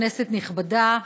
כנסת נכבדה,